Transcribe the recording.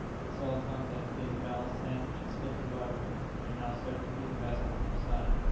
its sole contents being the ballast sand which had slipped to larboard and now served to keep the vessel on her side.